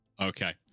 Okay